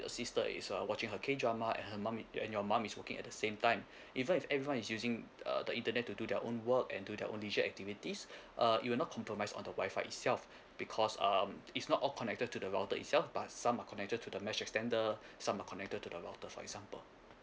your sister is err watching her K-drama and her mum and your mum is working at the same time even if everyone is using err the internet to do their own work and do their own leisure activities uh it will not compromise on the wifi itself because um it's not all connected to the router itself but some are connected to the mesh extender some are connected to the router for example